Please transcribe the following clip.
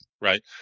right